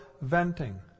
venting